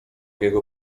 jego